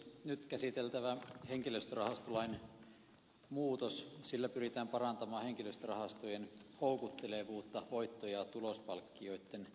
nyt käsiteltävällä henkilöstörahastolain muutoksella pyritään parantamaan henkilöstörahastojen houkuttelevuutta voitto ja tulospalkkioitten kanavana